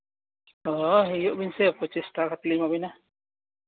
ᱦᱮᱸ ᱦᱤᱡᱩᱜ ᱵᱮᱱ ᱥᱮ ᱯᱚᱸᱪᱤᱥ ᱴᱟᱠᱟ ᱠᱟᱛᱮᱫ ᱞᱤᱧ ᱮᱢᱟ ᱵᱤᱱᱟ